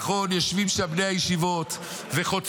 נכון, יושבים שם בני הישיבות וחוטפים.